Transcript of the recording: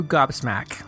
Gobsmack